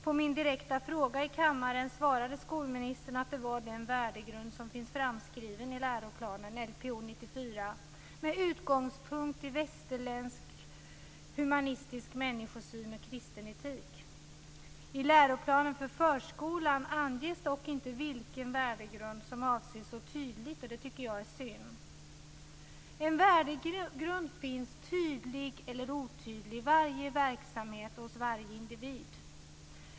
På min direkta fråga i kammaren svarade skolministern att det var den värdegrund som finns framskriven i läroplanen Lpo 94, dvs. med utgångspunkt i västerländsk humanistisk människosyn och kristen etik. I läroplanen för förskolan anges dock inte så tydligt vilken värdegrund som avses. Jag tycker att det är synd. En värdegrund finns, tydlig eller otydlig, i varje verksamhet och hos varje individ.